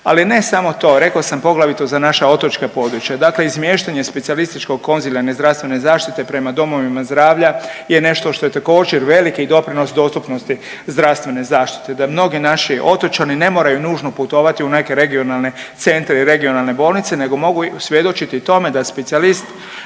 Ali ne samo to. Rekao sam poglavito za naša otočka područja. Dakle, izmještanje specijalističko-konzilijarne zdravstvene zaštite prema domovima zdravlja je nešto što je također veliki doprinos dostupnosti zdravstvene zaštite, da mnogi naši otočani ne moraju nužno putovati u neke regionalne centre i regionalne bolnice, nego mogu svjedočiti i tome da specijalist